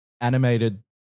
animated